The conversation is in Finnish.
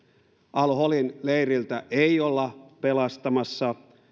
al holin leiriltä ei olla pelastamassa